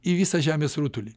į visą žemės rutulį